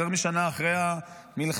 יותר משנה אחרי המלחמה,